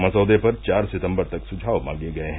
मसौदे पर चार सितम्बर तक सुझाव मांगे गए हैं